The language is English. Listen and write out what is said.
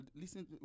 listen